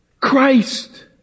Christ